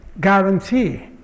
guarantee